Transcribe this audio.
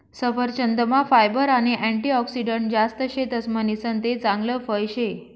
सफरचंदमा फायबर आणि अँटीऑक्सिडंटस जास्त शेतस म्हणीसन ते चांगल फळ शे